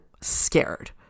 scared